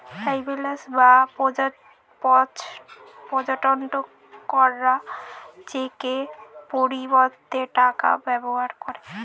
travellers বা পর্যটকরা চেকের পরিবর্তে টাকার ব্যবহার করে